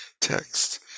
text